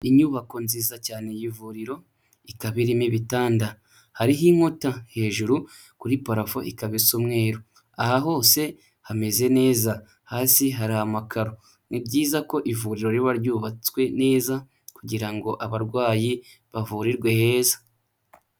Inyubako nziza cyane y'ivuriro ikaba irimo ibitanda, hariho inkuta hejuru kuri parafo ikaba isa umweru, aha hose hameze neza hasi hari amakaro. Ni byiza ko ivuriro riba ryubatswe neza kugira ngo abarwayi bavurirwe heza.